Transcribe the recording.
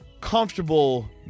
comfortable